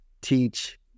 teach